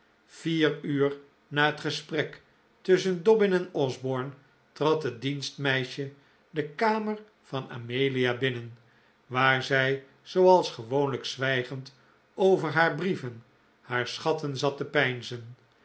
vier uur na het gesprek tusschen dobbin en osborne trad het dienstmeisje de kamer van amelia binnen waar zij zooals gewoonlijk zwijgend over haar brieven haar schatten zat te